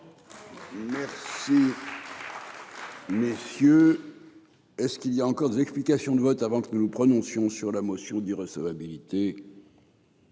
Messieurs. Et ce qu'il y a encore des explications de vote avant que nous nous prononcions sur la motion d'irrecevabilité.